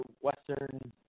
Western